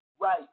Right